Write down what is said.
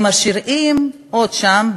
הם משאירים שם,